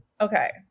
okay